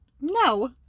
No